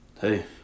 Hey